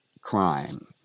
crime